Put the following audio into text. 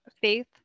faith